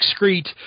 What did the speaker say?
excrete –